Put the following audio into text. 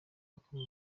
akomeye